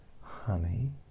honey